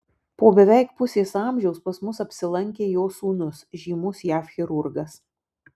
po beveik pusės amžiaus pas mus apsilankė jo sūnus žymus jav chirurgas